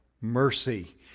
mercy